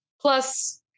Plus